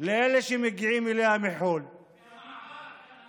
ואם הכנסת לא תחוקק חוק גיוס חדש,